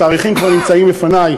התאריכים כבר נמצאים לפני,